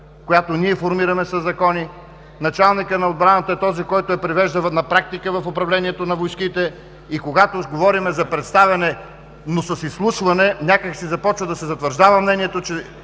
която ние формираме със закони, началникът на отбраната е този, който я провежда на практика в управлението на войските. И когато говорим за представяне, но с изслушване, някак започва да се затвърждава мнението, че